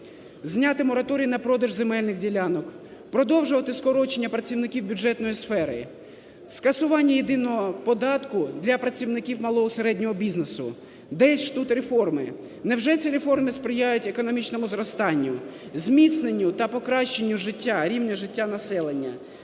зняти мораторій на продаж земельних ділянок, продовжувати скорочення працівників бюджетної сфери, скасування єдиного податку для працівників малого і середнього бізнесу. Де ж тут реформи? Невже ці реформи сприяють економічному зростанню, зміцненню та покращанню життя, рівня життя населення?